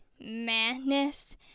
madness